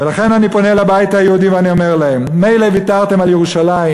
ולכן אני פונה לבית היהודי ואני אומר להם: מילא ויתרתם על ירושלים,